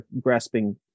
grasping